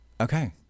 Okay